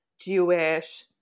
Jewish